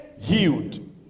healed